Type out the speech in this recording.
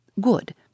Good